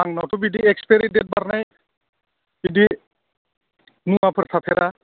आंनावथ' बिदि expiry date बारनाय बिदि मुवाफोर थाफेरा